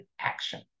action